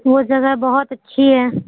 وہ جگہ بہت اچھی ہے